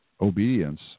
obedience